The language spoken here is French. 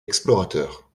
explorateur